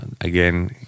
Again